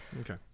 Okay